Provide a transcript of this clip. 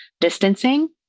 distancing